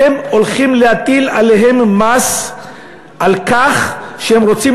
אתם הולכים להטיל עליהם מס על כך שהם רוצים